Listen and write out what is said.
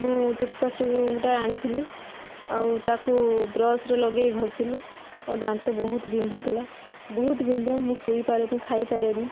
ମୁଁ ଟୂଥ୍ପେଷ୍ଟକୁ ଗୁଟେ ଆଣିଥିଲି ଆଉ ତାକୁ ବ୍ରସ୍ରେ ଲଗେଇ ଘଷିଲି ମୋ ଦାନ୍ତ ବହୁତ ବିନ୍ଧୁଥୁଲା ବହୁତ ବିନ୍ଧେ ମୁଁ ଶୁଇପାରେନି ଖାଇପାରେନି